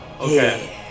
Okay